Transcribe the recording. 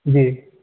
جی